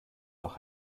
auch